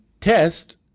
test